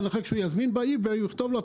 אם הוא יזמין ב-Ebay הוא יכתוב לו,